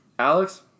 Alex